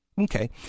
Okay